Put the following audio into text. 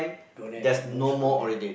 don't have no school ya